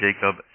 Jacob